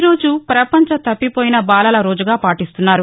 ఈరోజు ప్రపంచ తప్పిపోయిన బాలల రోజుగా పాటిస్తున్నారు